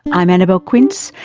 i'm annabelle quince,